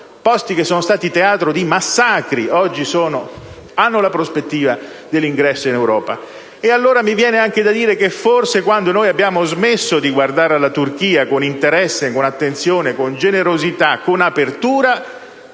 Paesi che sono stati teatro di massacri e che oggi hanno, appunto, la prospettiva dell'ingresso in Europa. Mi viene anche da dire che, quando abbiamo smesso di guardare alla Turchia con interesse, con attenzione, con generosità e apertura,